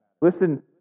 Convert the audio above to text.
Listen